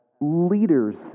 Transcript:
leaders